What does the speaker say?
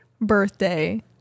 birthday